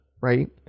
right